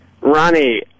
Ronnie